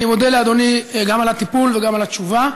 אני מודה לאדוני גם על הטיפול וגם על התשובה.